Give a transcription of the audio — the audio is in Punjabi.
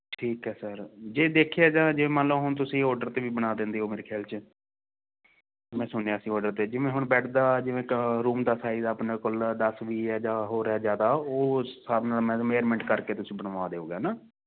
ਠੀਕ ਐ ਸਰ ਜੇ ਦੇਖਿਆ ਜੇ ਮੰਨ ਲੋ ਹੁਣ ਤੁਸੀਂ ਓਡਰ ਤੇ ਵੀ ਬਣਾ ਦਿੰਦੇ ਓ ਮੇਰੇ ਖਿਆਲ ਚ ਮੈਂ ਸੁਣਿਆ ਸੀ ਓਡਰ ਤੇ ਜਿਵੇਂ ਹੁਣ ਬੈੱਡ ਦਾ ਜਿਵੇਂ ਰੂਮ ਦਾ ਸਾਈਜ਼ ਆ ਆਪਣੇ ਕੋਲ ਦਸ ਵੀ ਐ ਜਾਂ ਹੋਰ ਐ ਜਿਆਦਾ ਉਹ ਸਾਨੂੰ ਮੀਜ਼ਰਮੈਂਟ ਕਰਕੇ ਤੁਸੀਂ ਬਣਵਾ ਦਿਓਗੇ ਹੈਨਾ